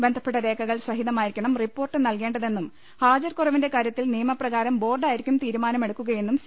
ബന്ധപ്പെട്ട രേഖകൾ സഹിതമാ യിരിക്കണം റിപ്പോർട്ട് നൽകേണ്ടതെന്നും ഹാജർകുറവിന്റെ കാര്യത്തിൽ നിയമപ്രകാരം ബോർഡായിരിക്കും തീരുമാനമെടുക്കുകയെന്നും സി